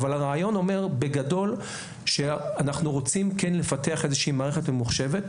אבל הרעיון אומר בגדול שאנחנו רוצים כן לפתח איזושהי מערכת ממוחשבת.